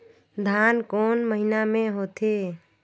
धान कोन महीना मे होथे?